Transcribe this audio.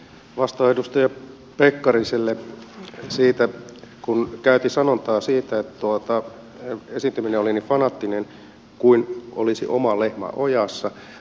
vastaan edustaja pekkariselle siitä kun käytin sanontaa että esiintyminen oli niin fanaattinen kuin olisi oma lehmä ojassa